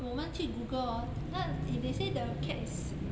我们去 google hor 那 if they say the cat is